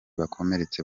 bakomeretse